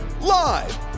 Live